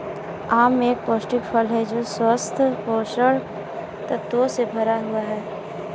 आम एक पौष्टिक फल है जो स्वस्थ पोषक तत्वों से भरा हुआ है